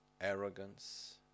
arrogance